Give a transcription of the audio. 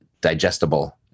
digestible